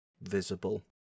visible